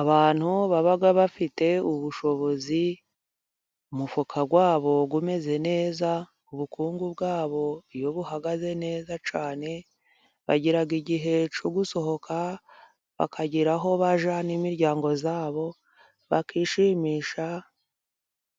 Abantu baba bafite ubushobozi umufuka wabo umeze neza, ubukungu bwabo iyo buhagaze neza cyane, bagira igihe cyo gusohoka bakagira aho bajya n'imiryango yabo, bakishimisha